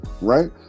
right